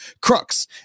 Crux